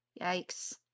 yikes